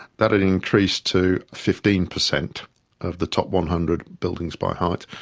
that had increased to fifteen percent of the top one hundred buildings by height.